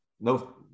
no